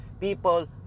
people